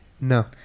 No